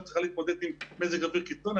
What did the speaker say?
צריכה להתמודד עם מזג אוויר קיצון.